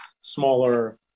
smaller